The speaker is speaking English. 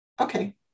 Okay